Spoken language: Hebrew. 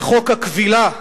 וחוק הכבילה,